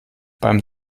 beim